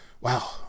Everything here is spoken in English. wow